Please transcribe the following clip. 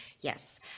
Yes